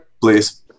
Please